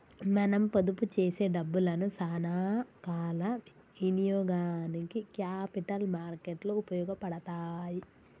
మనం పొదుపు చేసే డబ్బులను సానా కాల ఇనియోగానికి క్యాపిటల్ మార్కెట్ లు ఉపయోగపడతాయి